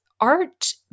art